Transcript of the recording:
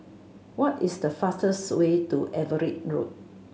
what is the fastest way to Everitt Road